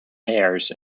hairs